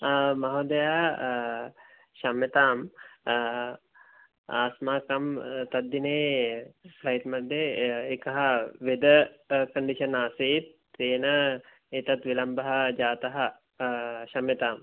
महोदय क्षम्यताम् अस्माकं तद्दिने फ्लैट् मध्ये एकः वेदर् कण्डिषन् आसीत् तेन एतत् विलम्बः जातः क्षम्यताम्